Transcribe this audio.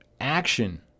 Action